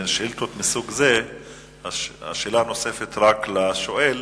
בשאילתות מסוג זה השאלה הנוספת רק לשואל,